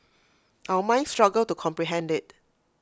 our minds struggle to comprehend IT